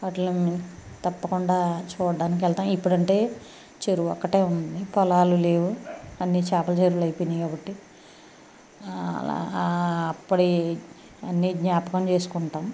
వాటిని తప్పకుండా చూడటానికి వెళ్తాం ఇప్పుడు అంటే చెరువు ఒక్కటే ఉంది పొలాలు లేవు అన్ని చేపల చెరువులు అయిపోయినాయి కాబట్టి అప్పుడివి అన్నీ జ్ఞాపకం చేసుకుంటాం